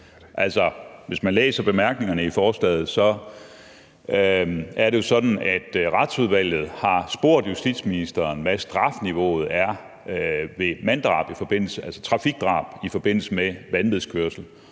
Hvis man læser bemærkningerne i forslaget, er det jo sådan, at Retsudvalget har spurgt justitsministeren, hvad strafniveauet er for trafikdrab i forbindelse med vanvidskørsel,